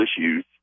issues